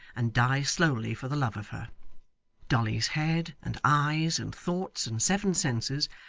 and die slowly for the love of her dolly's head, and eyes, and thoughts, and seven senses,